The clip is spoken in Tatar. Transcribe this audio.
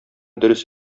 дөрес